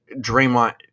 Draymond